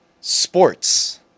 sports